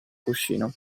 cuscino